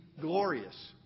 glorious